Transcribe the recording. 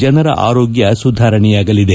ಜನರ ಆರೋಗ್ಯ ಸುಧಾರಣೆಯಾಗಲಿದೆ